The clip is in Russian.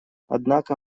однако